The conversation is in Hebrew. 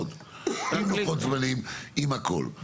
עם לוחות זמנים ועם הכול.